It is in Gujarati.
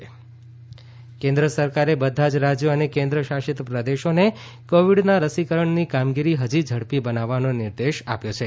રસીકરણ બેઠક કેન્દ્ર સરકારે બધા જ રાજ્યો તથા કેન્દ્ર શાસિત પ્રદેશોને કોવિડના રસીકરણની કામગીરી હજી ઝડપી બનાવવાનો નિર્દેશ આપ્યો છે